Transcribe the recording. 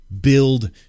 Build